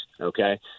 okay